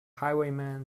highwayman